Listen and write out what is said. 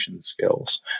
Skills